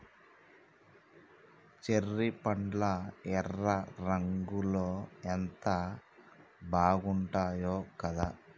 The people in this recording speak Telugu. చెర్రీ పండ్లు ఎర్ర రంగులో ఎంత బాగుంటాయో కదా